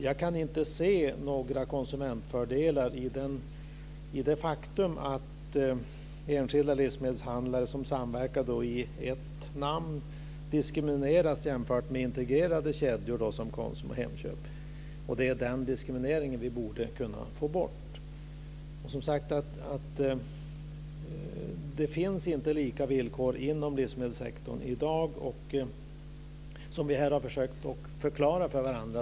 Jag kan inte se några konsumentfördelar i det faktum att enskilda livsmedelshandlare som samverkar i ett namn diskrimineras jämfört med integrerade kedjor, som Konsum och Hemköp. Det är den diskrimineringen som vi borde kunna få bort. Det finns, som sagt, inte lika villkor inom livsmedelssektorn i dag. Vi har försökt förklara det här för varandra.